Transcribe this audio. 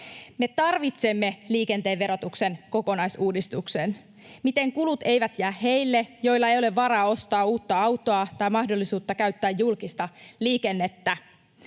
Me tarvitsemme liikenteen verotuksen kokonaisuudistuksen. Miten kulut eivät jää heille, joilla ei ole varaa ostaa uutta autoa tai mahdollisuutta käyttää julkista liikennettä?